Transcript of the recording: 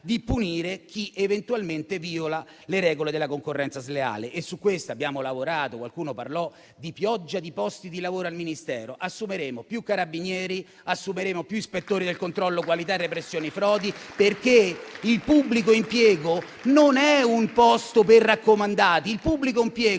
di punire chi eventualmente viola le regole della concorrenza leale. Su questo abbiamo lavorato. Qualcuno parlò di pioggia di posti di lavoro al Ministero, ebbene assumeremo più carabinieri, più ispettori del controllo qualità e repressioni frodi perché il pubblico impiego non è un posto per raccomandati, ma quando funziona